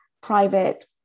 private